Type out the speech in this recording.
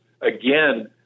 again